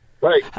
Right